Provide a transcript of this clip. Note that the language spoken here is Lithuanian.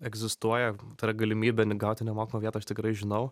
egzistuoja ta yra galimybė gauti nemokamą vietą aš tikrai žinau